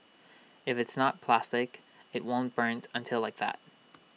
if it's not plastic IT won't burn until like that